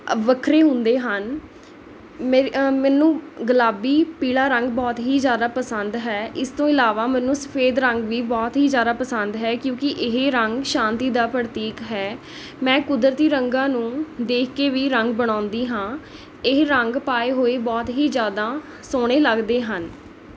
ਵੱਖਰੇ ਹੁੰਦੇ ਹਨ ਮੇਰੇ ਮੈਨੂੰ ਗੁਲਾਬੀ ਪੀਲਾ ਰੰਗ ਬਹੁਤ ਹੀ ਜ਼ਿਆਦਾ ਪਸੰਦ ਹੈ ਇਸ ਤੋਂ ਇਲਾਵਾ ਮੈਨੂੰ ਸਫ਼ੇਦ ਰੰਗ ਵੀ ਬਹੁਤ ਹੀ ਜ਼ਿਆਦਾ ਪਸੰਦ ਹੈ ਕਿਉਂਕਿ ਇਹ ਰੰਗ ਸ਼ਾਤੀ ਦਾ ਪ੍ਰਤੀਕ ਹੈ ਮੈਂ ਕੁਦਰਤੀ ਰੰਗਾਂ ਨੂੰ ਦੇਖ ਕੇ ਵੀ ਰੰਗ ਬਣਾਉਂਦੀ ਹਾਂ ਇਹ ਰੰਗ ਪਾਏ ਹੋਏ ਬਹੁਤ ਹੀ ਜ਼ਿਆਦਾ ਸੋਹਣੇ ਲੱਗਦੇ ਹਨ